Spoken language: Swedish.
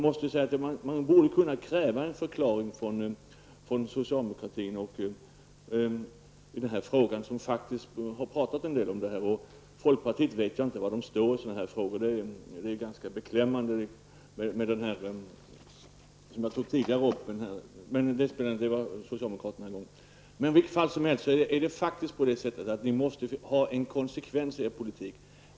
Man borde kunna kräva en förklaring från socialdemokratin i denna fråga, eftersom socialdemokraterna faktiskt har talat en del om detta. Var folkpartiet står i dessa frågor vet jag inte. Det är ganska beklämmande. Socialdemokraterna måste emellertid ha en konsekvens i sin politik.